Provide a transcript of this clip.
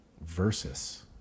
versus